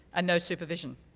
and no supervision.